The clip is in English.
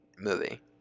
movie